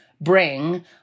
bring